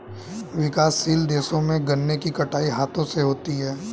विकासशील देशों में गन्ने की कटाई हाथों से होती है